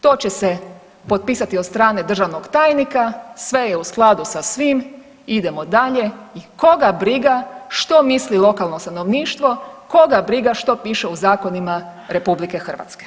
To će se potpisati od strane državnog tajnika, sve je u skladu sa svim, idemo dalje i koga briga što misli lokalno stanovništvo, koga briga što piše u zakonima RH.